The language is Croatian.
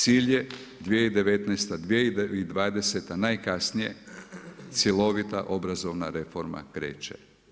Cilj je 2019., 2020. najkasnije cjelovita obrazovna reforma kreće.